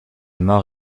mort